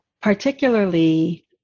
particularly